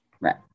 Right